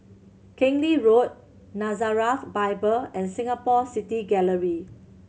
Keng Lee Road Nazareth Bible and Singapore City Gallery